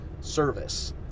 service